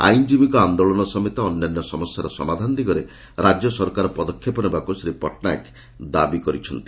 ଆଇନ୍ଜୀବୀଙ୍କ ଆନ୍ଦୋଳନ ସମେତ ଅନ୍ୟାନ୍ୟ ସମସ୍ୟାର ସମାଧାନ ଦିଗରେ ରାଜ୍ୟ ସରକାର ପଦକ୍ଷେପ ନେବାକୁ ଶ୍ରୀ ପଟ୍ଟନାୟକ ଦାବି କରିଛନ୍ତି